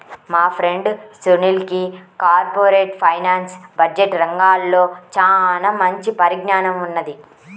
మా ఫ్రెండు సునీల్కి corporate finance, budget రంగాల్లో చానా మంచి పరిజ్ఞానం ఉన్నది